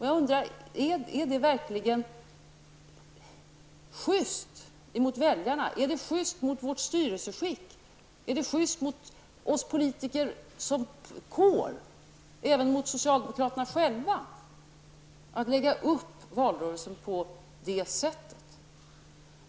Jag undrar: Är det verkligen just mot väljarna? Är det just mot oss politiker som kår, även mot socialdemokraterna själva, att lägga upp valrörelsen på det sättet?